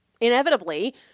Inevitably